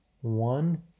one